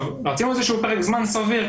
רצינו איזה שהוא פרק זמן סביר,